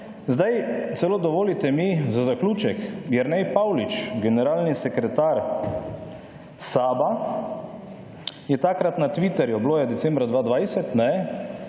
Zdaj, celo dovolite mi za zaključek, Jernej Pavlič, generalni sekretar SAB-a, je takrat na Twitterju, bilo je decembra 2020, bil